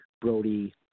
Brody